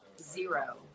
Zero